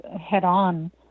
head-on